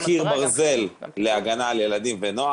אין ספק שגם שידול צריך להיות אסור.